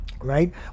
right